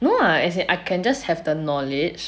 no lah as in I can just have the knowledge